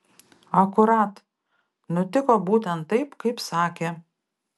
akurat nutiko būtent taip kaip sakė